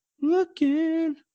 looking